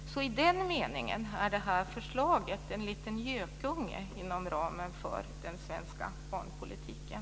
I den meningen är förslaget en liten gökunge inom ramen för den svenska barnpolitiken.